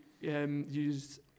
use